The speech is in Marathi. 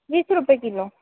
वीस रुपये किलो